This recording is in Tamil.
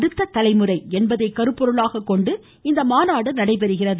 அடுத்த தலைமுறை என்பதை கருப்பொருளாக கொண்டு இந்த மாநாடு நடைபெறுகிறது